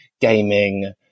gaming